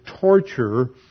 torture